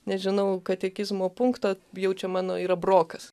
nežinau katekizmo punkto jau čia mano yra brokas